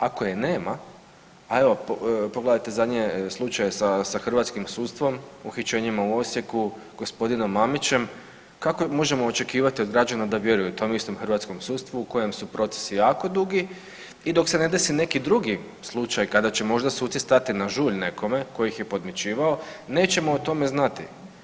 Ako je nema, a evo pogledajte zadnje slučajeve sa hrvatskim sudstvom, uhićenjima u Osijeku, gospodinom Mamićem, kako možemo očekivati od građana da vjeruju tom istom hrvatskom sudstvu u kojem su procesi jako dugi i dok se ne desi neki drugi slučaj kada će možda suci stati na žulj nekome tko ih je podmićivao, nećemo o tome znati.